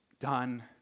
done